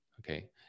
Okay